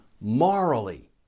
morally